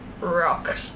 rock